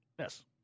Yes